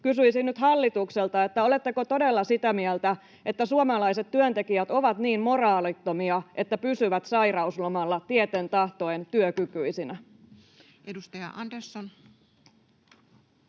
kysyisin nyt hallitukselta: oletteko todella sitä mieltä, että suomalaiset työntekijät ovat niin moraalittomia, että pysyvät sairauslomalla tieten tahtoen työkykyisinä? Edustaja Andersson.